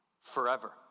forever